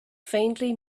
faintly